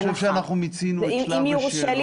אני חושב שאנחנו מיצינו את שלב השאלות.